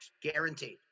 guaranteed